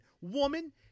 woman